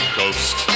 coast